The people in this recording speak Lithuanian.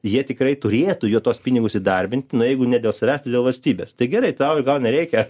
jie tikrai turėtų jo tuos pinigus įdarbint na jeigu ne dėl savęs tai dėl valstybės tai gerai tau gal nereikia